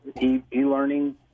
e-learning